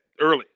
early